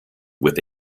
with